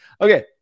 okay